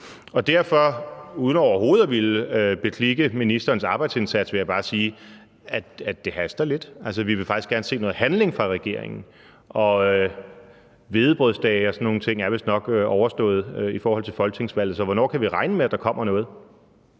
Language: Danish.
Derfor, uden overhovedet at ville beklikke ministerens arbejdsindsats, vil jeg bare sige, at det haster lidt. Vi vil faktisk gerne se noget handling fra regeringens side. Og hvedebrødsdagene og sådan nogle ting er i forhold til folketingsvalget vistnok overstået. Hvornår kan vi regne med, at der kommer noget?